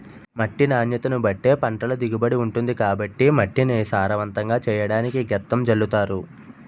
మట్టి నాణ్యతను బట్టే పంటల దిగుబడి ఉంటుంది కాబట్టి మట్టిని సారవంతంగా చెయ్యడానికి గెత్తం జల్లుతారు